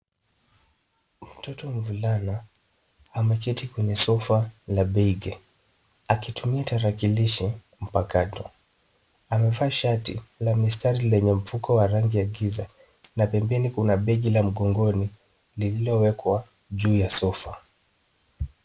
Mtoto mvulana ameketi kwenye sofa la beige, akitumia tarakilishi mpakato. Amevaa shati la mistari lenye mfuko wa rangi ya giza, na pembeni kuna begi la mgongoni lililowekwa juu ya sofa.